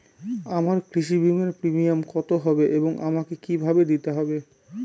আমার কৃষি বিমার প্রিমিয়াম কত হবে এবং আমাকে কি ভাবে দিতে হবে?